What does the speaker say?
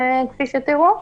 כפי שתיראו,